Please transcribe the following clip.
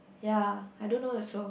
ya I don't know also